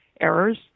errors